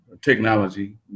technology